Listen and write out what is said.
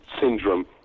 syndrome